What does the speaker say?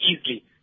easily